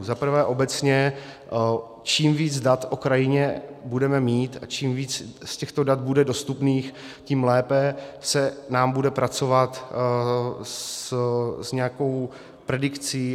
Za prvé, obecně, čím víc dat o krajině budeme mít a čím víc z těchto dat bude dostupných, tím lépe se nám bude pracovat s nějakou predikcí.